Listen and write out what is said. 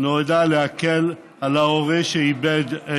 נועדה להקל על ההורה שאיבד את